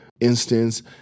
instance